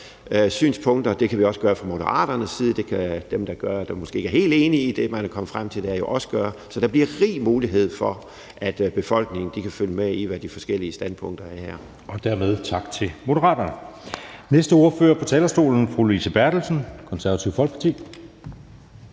synspunkter. Det kan vi også gøre fra Moderaternes side, og det kan dem, der måske ikke er helt enige i det, man er kommet frem til, også gøre. Så der bliver rig mulighed for, at befolkningen kan følge med i, hvad de forskellige standpunkter er her. Kl. 11:16 Anden næstformand (Jeppe Søe): Dermed tak til Moderaterne. Næste ordfører på talerstolen er fru Lise Bertelsen, Det Konservative Folkeparti.